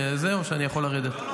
או שאני יכול לרדת?